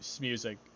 music